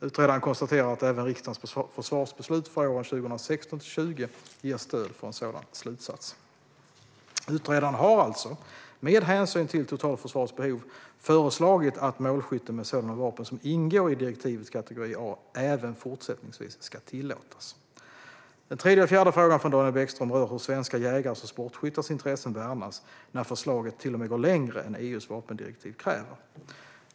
Utredaren konstaterar att även riksdagens försvarsbeslut för åren 2016-2020 ger stöd för en sådan slutsats. Utredaren har alltså med hänsyn till totalförsvarets behov föreslagit att målskytte med sådana vapen som ingår i direktivets kategori A även fortsättningsvis ska tillåtas. Den tredje och fjärde frågan från Daniel Bäckström rör hur svenska jägares och sportskyttars intressen värnas när förslaget till och med går längre än EU:s vapendirektiv kräver.